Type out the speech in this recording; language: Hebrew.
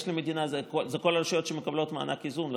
אלה כל הרשויות שמקבלות מענק איזון,